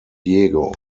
diego